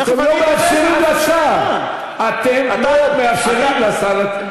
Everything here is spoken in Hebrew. אתם לא מאפשרים לשר להשיב לכם.